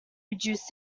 reduced